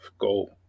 go